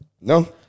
no